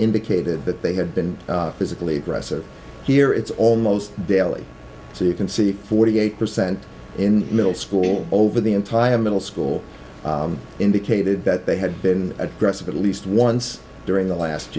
indicated that they had been physically aggressive here it's almost daily so you can see forty eight percent in middle school over the entire middle school indicated that they had been aggressive at least once during the last